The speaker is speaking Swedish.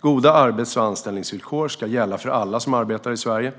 Goda arbets och anställningsvillkor ska gälla för alla som arbetar i Sverige.